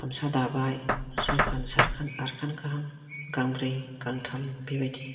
गामसा दाबाय सयखान सातखान आठखान गाहाम गांब्रै गांथाम बेबायदि